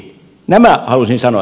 nämä halusin sanoa